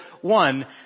one